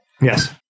Yes